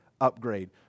Upgrade